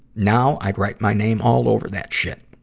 now, i'd write my name all over that shit.